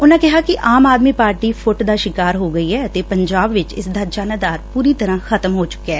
ਉਨਾਂ ਕਿਹਾ ਕਿ ਆਮ ਆਦਮੀ ਪਾਰਟੀ ਫੁੱਟ ਦਾ ਸ਼ਿਕਾਰ ਹੋ ਗਈ ਏ ਅਤੇ ਪੰਜਾਬ ਚ ਇਸਦਾ ਜਨ ਆਧਾਰ ਪੁਰੀ ਤਰਾ ਖ਼ਤਮ ਹੋ ਚੁਕਿਐ